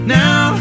now